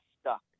stuck